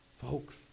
Folks